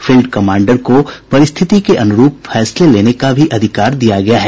field commander को परिस्थिति के अनुरूप फैसले लेने का भी अधिकार दिया गया है